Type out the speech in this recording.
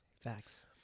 Facts